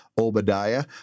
Obadiah